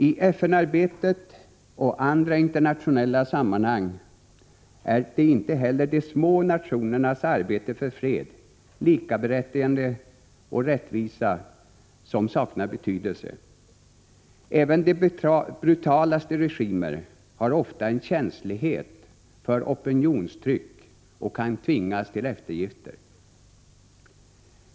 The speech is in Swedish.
I FN-arbetet och andra internationella sammanhang är inte heller de små nationernas arbete för fred, likaberättigande och rättvisa utan betydelse. Även de brutalaste regimer har ofta en känslighet för opinionstryck och kan tvingas till eftergifter.